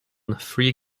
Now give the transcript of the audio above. three